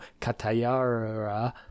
Katayara